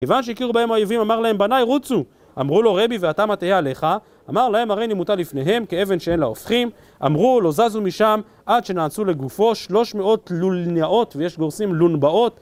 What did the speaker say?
כיון שהכירו בהם האויבים אמר להם בניי רוצו! אמרו לו: "רבי ואתה מה תהה עליך?" אמר להם: "הריני מוטל לפניהם כאבן שאין לה הופכים" אמרו לא זזו משם עד שנעצו לגופו שלוש מאות לולנאות ויש גורסים לונבאות